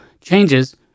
changes